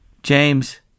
James